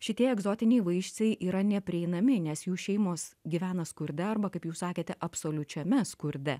šitie egzotiniai vaisiai yra neprieinami nes jų šeimos gyvena skurde arba kaip jūs sakėte absoliučiame skurde